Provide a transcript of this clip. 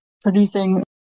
producing